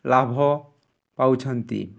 ଲାଭ ପାଉଛନ୍ତି